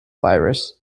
virus